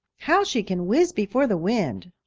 how she can whiz before the wind.